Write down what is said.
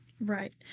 Right